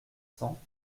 cents